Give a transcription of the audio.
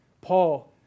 Paul